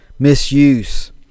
misuse